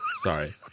Sorry